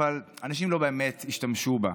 אבל אנשים לא באמת ישתמשו בה.